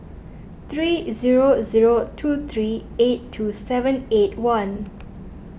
three zero zero two three eight two seven eight one